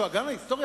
או האגן ההיסטורי,